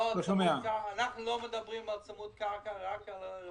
אבל אנחנו לא מדברים על צמוד קרקע אלא רק על בנייה